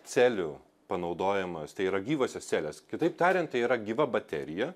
celių panaudojimas tai yra gyvosios celės kitaip tariant tai yra gyva baterija